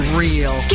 real